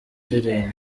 ndirimbo